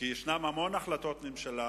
כי ישנן הרבה החלטות ממשלה